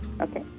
Okay